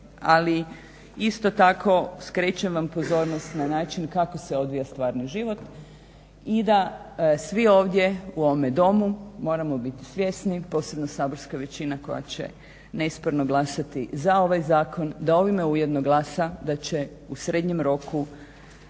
Ali isto tako skrećem vam pozornost na način kako se odvija stvarni život i da svi ovdje u ovome domu moramo biti svjesni, posebno saborska većina koja će nesporno glasati za ovaj zakon, da ovime ujedno glasa da će u srednjem roku